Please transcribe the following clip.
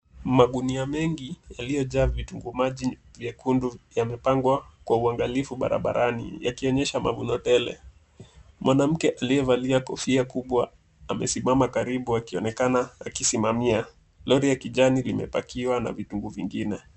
Magunia mengi yaliyovaa vitunguu maji vyekundu yamepangwa kwa uangalifu barabarani, yakionyesha mavuno tele. Mwanamke aliyevalia kofia kubwa amesimama karibu akionekana akisimamia. Lori la kijani limeakiwa na vitunguu vingine.